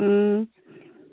ও